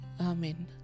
Amen